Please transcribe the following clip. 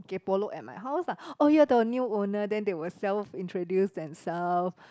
kaypo look at my house lah oh ya the new owner then they will self introduce themselves